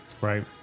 Right